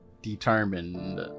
Determined